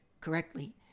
correctly